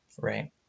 right